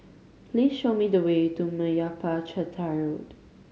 please show me the way to Meyappa Chettiar Road